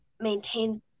maintain